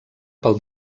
pel